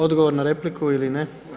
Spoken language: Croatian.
Odgovor na repliku ili ne?